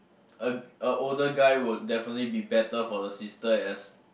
a a older guy would definitely be better for the sister as